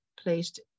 placed